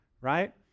right